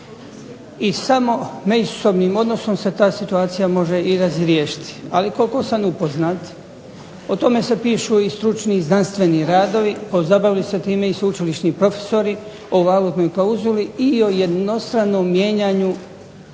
I samo međusobnim odnosom se ta situacija može riješiti. Ali koliko sam upoznat o tome se pišu i stručni i znanstveni radovi, pozabavili su se time i sveučilišni profesori o valutnoj klauzuli i jednostranom mijenjanju